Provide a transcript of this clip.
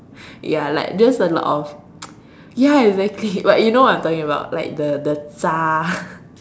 ya like just a lot of ya exactly but you know what I'm talking like the the 渣